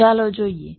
તો ચાલો જોઈએ